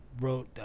wrote